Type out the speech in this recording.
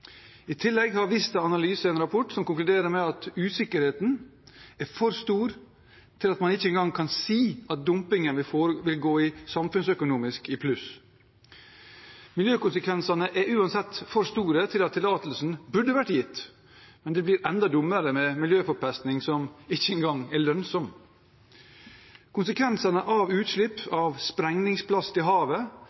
I tillegg har Vista Analyse laget en rapport som konkluderer med at usikkerheten er for stor til at man ikke engang kan si at dumpingen vil gå samfunnsøkonomisk i pluss. Miljøkonsekvensene er uansett for store til at tillatelsen skulle vært gitt, men det blir enda dummere med miljøforpesting som ikke engang er lønnsom. Konsekvensene av utslipp av sprengningsplast i havet